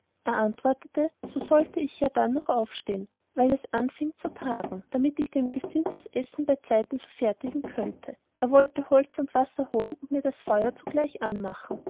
er antwortete so sollte ich je dannoch auf stehen weil es anfieng zu tagen damit ich dem gesind das essen beizeiten verfertigen könnte er wollte holz und wasser holen und mir das feuer zugleich anmachen